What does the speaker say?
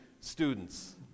students